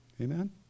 amen